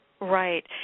Right